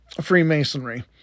Freemasonry